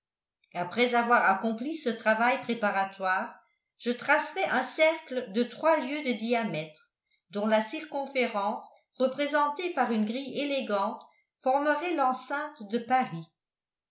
après avoir accompli ce travail préparatoire je tracerais un cercle de trois lieues de diamètre dont la circonférence représentée par une grille élégante formerait l'enceinte de paris